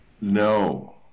no